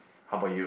how about you